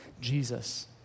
Jesus